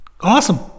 Awesome